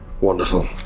Wonderful